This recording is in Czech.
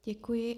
Děkuji.